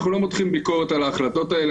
אנחנו לא מותחים ביקורת על ההחלטות האלה,